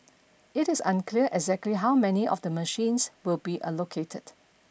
it is unclear exactly how many of the machines will be allocated